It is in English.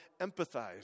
Empathize